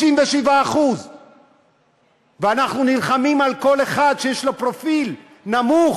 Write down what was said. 97%. אנחנו נלחמים על כל אחד שיש לו פרופיל נמוך,